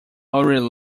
already